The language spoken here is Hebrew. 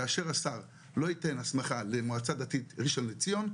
כאשר השר לא ייתן הסמכה למועצה דתית ראשון לציון,